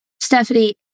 Stephanie